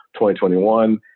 2021